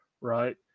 right